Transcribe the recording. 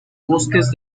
bosques